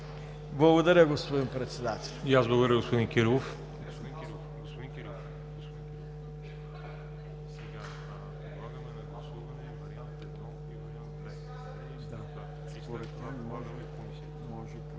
Благодаря, господин Председател.